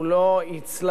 הוא לא יצלח.